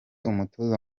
umutoza